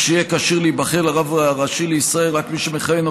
שיהיה כשיר להיבחר לרב ראשי לישראל רק מי שמכהן או